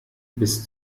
bis